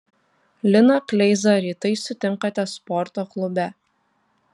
liną kleizą rytais sutinkate sporto klube